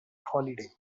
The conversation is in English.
holiday